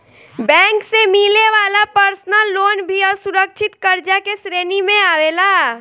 bank से मिले वाला पर्सनल लोन भी असुरक्षित कर्जा के श्रेणी में आवेला